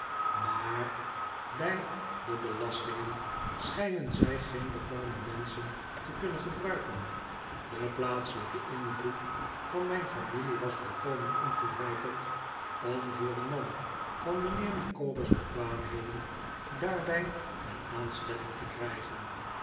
maar bij de belastingen schijnen zij geen bekwame menschen te kunnen gebruiken de plaatselijke invloed van mijn familie was volkomen ontoereikend om voor een man van mijnheer micawber's bekwaamheden daarbij een aanstelling te krijgen